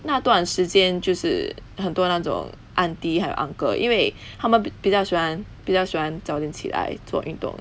那段时间就是很多那种 aunty 还有 uncle 因为他们比较喜欢比较喜欢早点起来做运动